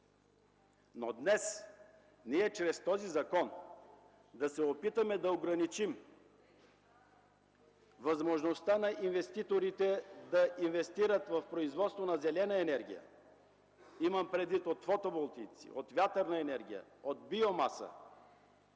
Но днес ние чрез този закон да се опитаме да ограничим възможността на инвеститорите да инвестират в производство на зелена енергия, имам предвид от фотоволтаици, от вятърна енергия, от биомаса,